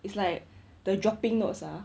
it's like the dropping notes ah